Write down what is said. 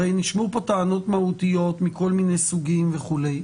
הרי נשמעו פה טענות מהותיות מכל מיני סוגים וכולי.